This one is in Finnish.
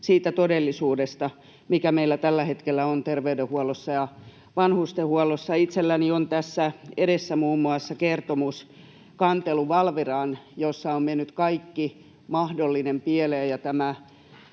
siitä todellisuudesta, mikä meillä tällä hetkellä on terveydenhuollossa ja vanhustenhuollossa. Itselläni on tässä edessä muun muassa kertomus kantelusta Valviraan, jossa on mennyt kaikki mahdollinen pieleen.